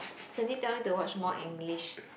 Sandy tell me to watch more English